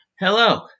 Hello